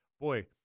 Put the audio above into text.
Boy